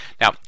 Now